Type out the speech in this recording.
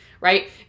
Right